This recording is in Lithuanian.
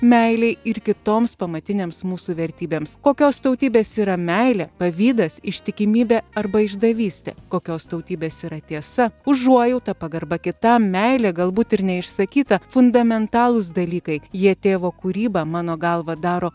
meilei ir kitoms pamatinėms mūsų vertybėms kokios tautybės yra meilė pavydas ištikimybė arba išdavystė kokios tautybės yra tiesa užuojauta pagarba kitam meilė galbūt ir neišsakyta fundamentalūs dalykai jie tėvo kūrybą mano galva daro